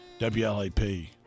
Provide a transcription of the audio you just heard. WLAP